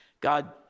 God